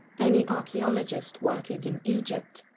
any archaeologist working in egypt,